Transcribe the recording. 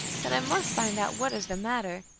that i must find out what is the matter,